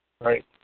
Right